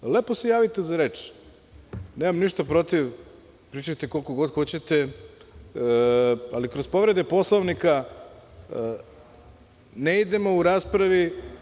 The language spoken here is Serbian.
Lepo se javite za reč, nemam ništa protiv, pričajte koliko god hoćete, ali kroz povrede Poslovnika ne idemo u raspravi.